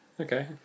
Okay